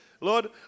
Lord